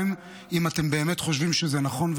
גם אם אתם באמת חושבים שזה נכון,